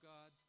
God